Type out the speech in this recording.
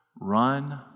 run